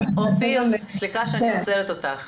אופיר, סליחה שאני עוצרת אותך.